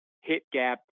hit-gap